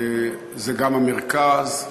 זה גם המרכז,